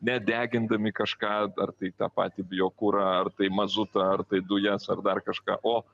nedegindami kažką ar tai tą patį biokurą ar tai mazutą ar tai dujas ar dar kažką o